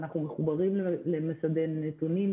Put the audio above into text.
אנחנו מחוברים למסדי נתונים.